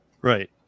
Right